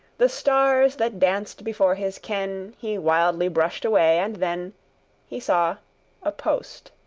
the stars that danced before his ken he wildly brushed away, and then he saw a post.